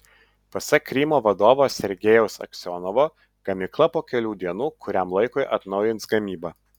pasak krymo vadovo sergejaus aksionovo gamykla po kelių dienų kuriam laikui atnaujins gamybą